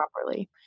properly